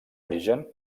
origen